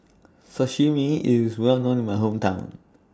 Sashimi IS Well known in My Hometown